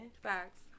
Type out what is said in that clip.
Facts